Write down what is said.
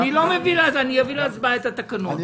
אביא להצבעה את התקנות.